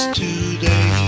today